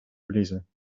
verliezen